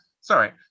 sorry